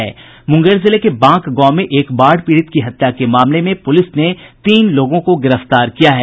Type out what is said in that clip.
मुंगेर जिले के बांक गांव में एक बाढ़ पीड़ित की हत्या के मामले में पुलिस ने तीन लोगों को गिरफ्तार किया है